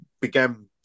began